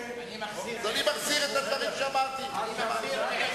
אבל לא בכך הוא סיים את מסע הרכש שלו.